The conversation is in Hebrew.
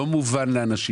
לא מובן לאנשים.